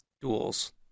duels